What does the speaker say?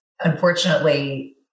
unfortunately